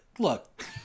Look